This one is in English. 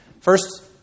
First